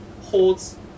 Holds